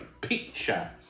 picture